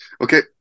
Okay